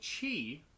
Chi